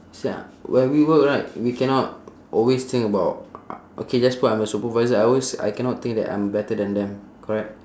see ah when we work right we cannot always think about okay just put I'm the supervisor I always I cannot think that I'm better than them correct